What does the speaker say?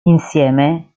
insieme